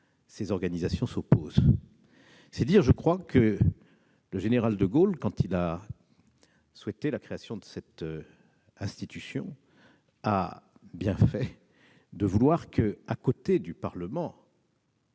ces organisations s'opposent. C'est dire que je crois que le général de Gaulle, quand il a souhaité la création de cette institution, a bien fait de vouloir que, à côté du Parlement,